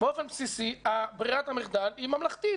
באופן בסיסי ברירת המחדל היא ממלכתית.